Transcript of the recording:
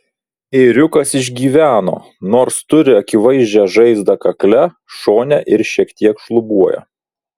ėriukas išgyveno nors turi akivaizdžią žaizdą kakle šone ir šiek tiek šlubuoja